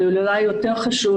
אבל אולי יותר חשוב,